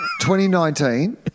2019